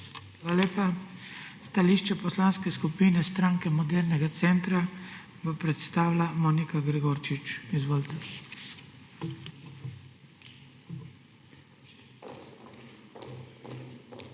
Hvala lepa. Stališče Poslanske skupine Stranke modernega centra bo predstavila Monika Gregorčič. Izvolite. MONIKA